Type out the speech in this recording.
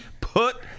Put